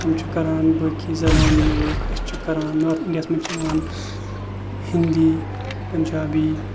تِم چھِ کَران باقٕے زبانہٕ یوٗز أسۍ چھِ کَران نارٕتھ اِنڈیاہَس منٛز چھِ یِوان ہِندی پَنجابی